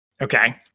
Okay